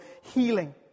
healing